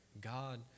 God